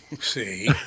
See